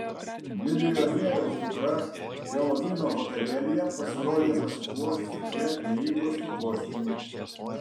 milijonieriaus dukra helovino vakarėlyje pasirodė pasipuošusi kiek neįprastu kostiumu